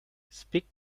speak